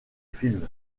film